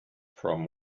from